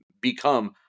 become –